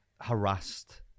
harassed